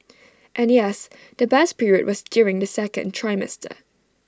and yes the best period was during the second trimester